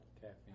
Caffeine